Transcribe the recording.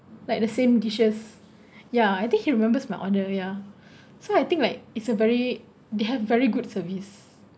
like the same dishes ya I think he remembers me order ya so I think like it's a very they have very good service